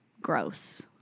gross